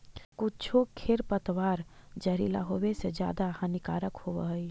कुछो खेर पतवार जहरीला होवे से ज्यादा हानिकारक होवऽ हई